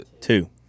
Two